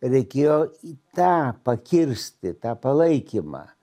reikėjo tą pakirsti tą palaikymą